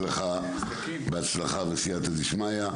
באמת בהצלחה וסייעתא דשמיא.